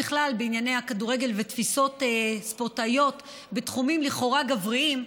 בכלל בענייני הכדורגל ותפיסות ספורטאיות בתחומים לכאורה גבריים,